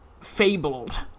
fabled